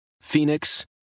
Phoenix